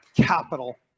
capital